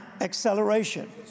acceleration